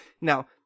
Now